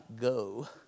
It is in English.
go